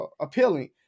appealing